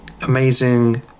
amazing